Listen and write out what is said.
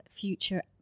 future